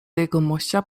jegomościa